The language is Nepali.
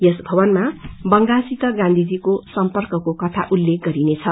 यस भवनमा बंगाल सित गांधीजीको सम्पकको कथा उल्लेख गरिनेछ